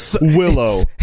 Willow